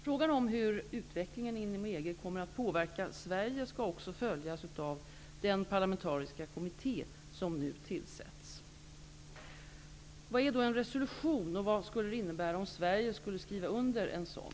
Frågan om hur utvecklingen inom EG kommer att påverka Sverige skall också följas av den parlamentariska kommitté som nu tillsätts. Vad är då en resolution och vad skulle det innebära om Sverige skulle skriva under en sådan?